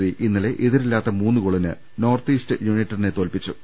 C ഇന്നലെ എതിരില്ലാത്ത മൂന്ന് ഗോളിന് നോർത്ത് ഈസ്റ്റ് യുനൈറ്റഡിനെ തോൽപ്പിച്ചു